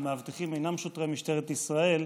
המאבטחים אינם שוטרי משטרת ישראל.